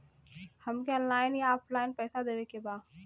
हमके ऑनलाइन या ऑफलाइन पैसा देवे के बा?